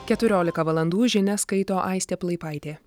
keturiolika valandų žinias skaito aistė plaipaitė